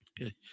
Okay